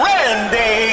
Randy